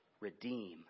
redeem